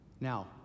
Now